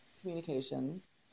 communications